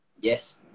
Yes